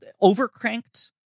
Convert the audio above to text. over-cranked